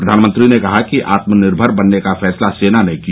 प्रधानमंत्री ने कहा कि आत्मनिर्भर बनने का फैसला सेना ने किया